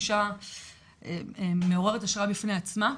אישה מעוררת השראה בפני עצמה,